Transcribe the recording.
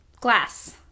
Glass